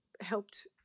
helped